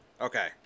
Okay